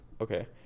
Okay